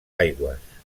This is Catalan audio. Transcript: aigües